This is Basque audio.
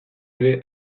ere